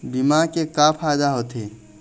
बीमा के का फायदा होते?